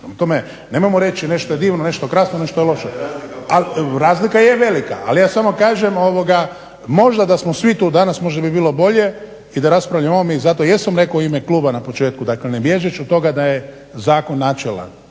tome nemojmo reći nešto je divno, nešto je krasno, nešto je loše. …/Upadica se ne razumije./… Razlika je velika, ali ja samo kažem možda da smo svi tu danas, možda bi bilo bolje, i da raspravljamo o ovome i zato i jesam rekao u ime kluba na početku, dakle ne bježeći od toga da je zakon načelan,